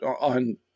on